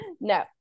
No